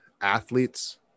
athletes